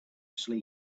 sleep